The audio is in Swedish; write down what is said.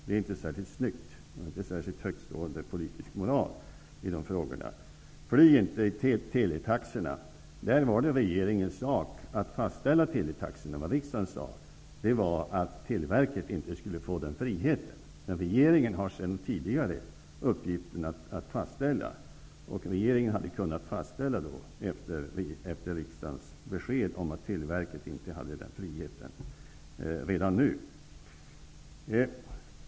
Det är inte särskilt snyggt och inte särskilt högststående politisk moral i dessa frågor. Det var regeringens sak att fastställa teletaxorna. Vad riksdagen sade var att Televerket inte skulle få den friheten. Regeringen har sedan tidigare uppgiften att fastställa taxan, och regeringen hade kunnat fastställa taxan efter riksdagens besked att Televerket inte hade den friheten redan nu.